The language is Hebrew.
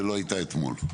שלא קיבל אתמול.